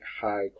high